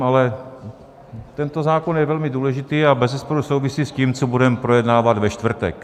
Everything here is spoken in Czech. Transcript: Ale tento zákon je velmi důležitý a bezesporu souvisí s tím, co budeme projednávat ve čtvrtek.